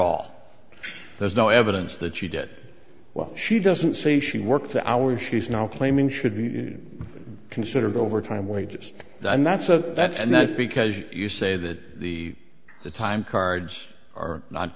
all there's no evidence that she did it well she doesn't say she worked the hours she's now claiming should be considered overtime wages and that's a that's not because you say that the the time cards are not